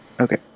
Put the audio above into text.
Okay